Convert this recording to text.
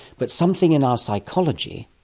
but something in our psychology